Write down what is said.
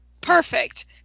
Perfect